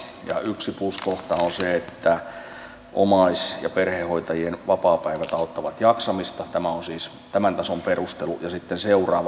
ja yksi pluskohta on se että omais ja perhehoitajien vapaapäivät auttavat jaksamista tämä on siis tämän tason perustelu ja sitten seuraava